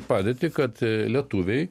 padėtį kad lietuviai